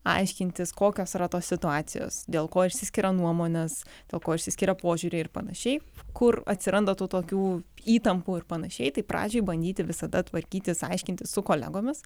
aiškintis kokios yra tos situacijos dėl ko išsiskiria nuomonės dėl ko išsiskiria požiūriai ir panašiai kur atsiranda tų tokių įtampų ir panašiai tai pradžiai bandyti visada tvarkytis aiškintis su kolegomis